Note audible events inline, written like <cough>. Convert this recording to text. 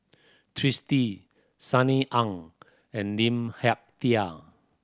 Twisstii Sunny Ang and Lim <unintelligible>